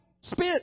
spit